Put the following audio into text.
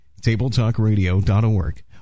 tabletalkradio.org